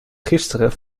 gisteren